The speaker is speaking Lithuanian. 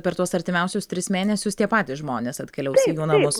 per tuos artimiausius tris mėnesius tie patys žmonės atkeliaus į namus